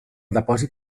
depòsit